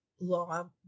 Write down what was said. law